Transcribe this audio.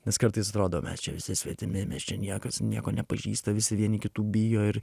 nes kartais atrodo mes čia visi svetimi mes čia niekas nieko nepažįsta visi vieni kitų bijo ir